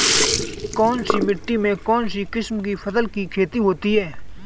कौनसी मिट्टी में कौनसी किस्म की फसल की खेती होती है?